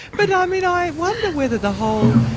but, i mean, i wonder whether the whole.